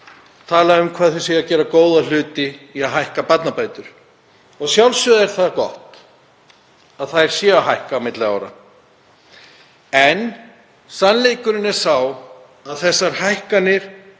mikið um hvað þau séu að gera góða hluti í að hækka barnabætur. Að sjálfsögðu er gott að þær séu að hækka á milli ára. En sannleikurinn er sá að þessar hækkanir